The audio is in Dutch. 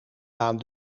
aan